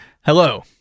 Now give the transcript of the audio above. hello